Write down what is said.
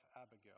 Abigail